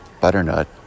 Butternut